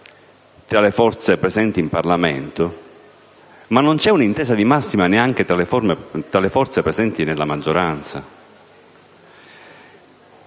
tra le forze presenti in Parlamento, ma non c'è un'intesa di massima neanche tra le forze presenti nella maggioranza.